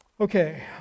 Okay